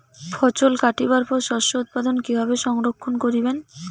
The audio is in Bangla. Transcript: ফছল কাটিবার পর শস্য উৎপাদন কিভাবে সংরক্ষণ করিবেন?